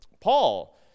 Paul